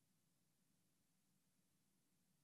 ואני מקווה שלשר יהיו בשורות טובות בעניין הזה,